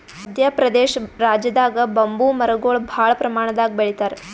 ಮದ್ಯ ಪ್ರದೇಶ್ ರಾಜ್ಯದಾಗ್ ಬಂಬೂ ಮರಗೊಳ್ ಭಾಳ್ ಪ್ರಮಾಣದಾಗ್ ಬೆಳಿತಾರ್